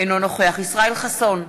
אינו נוכח ישראל חסון,